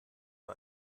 mal